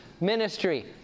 ministry